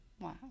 Wow